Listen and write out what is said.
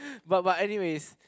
but but anyways